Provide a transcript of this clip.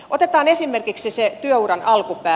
otetaan esimerkiksi se työuran alkupää